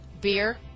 Beer